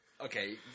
Okay